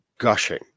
Gushing